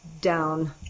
down